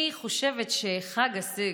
אני חושבת שחג הסיגד,